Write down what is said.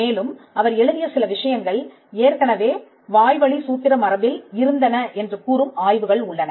மேலும் அவர் எழுதிய சில விஷயங்கள் ஏற்கனவே வாய்வழி சூத்திர மரபில் இருந்தன என்று கூறும் ஆய்வுகள் உள்ளன